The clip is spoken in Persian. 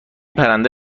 پرنده